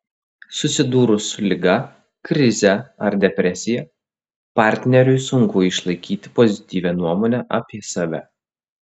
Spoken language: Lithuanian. susidūrus su liga krize ar depresija partneriui sunku išlaikyti pozityvią nuomonę apie save